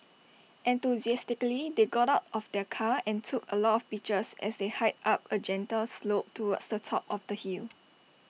enthusiastically they got out of the car and took A lot of pictures as they hiked up A gentle slope towards the top of the hill